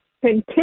continue